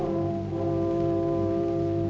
who